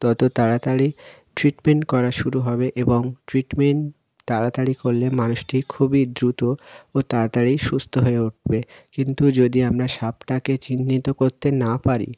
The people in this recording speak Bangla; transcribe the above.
তত তাড়াতাড়ি ট্রিটমেন্ট করা শুরু হবে এবং ট্রিটমেন্ তাড়াতাড়ি করলে মানুষটি খুবই দ্রুত ও তাড়াতাড়ি সুস্থ হয়ে উঠবে কিন্তু যদি আমরা সাপটাকে চিহ্নিত করতে না পারি